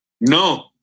No